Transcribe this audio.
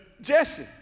Jesse